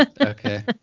okay